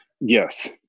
yes